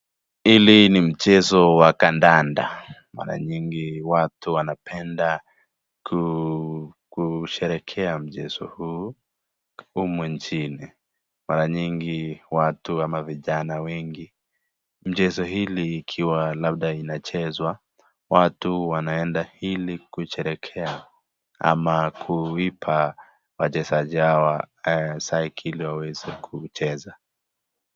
Hili ni mchezo wa kandanda, mara nyingi watu wanapenda kusherekea mchezo huu humu nchini, mara nyingi watu ama vijana wengi. Mchezo hili ikiwa labda inachezwa, watu wanaenda ili kusherekea ama kuipa wachezaji hawa psyche ili waweze kucheza.